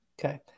Okay